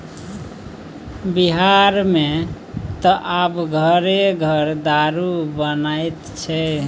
बिहारमे त आब घरे घर दारू बनैत छै